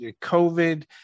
COVID